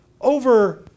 over